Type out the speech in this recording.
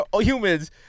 humans